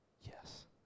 yes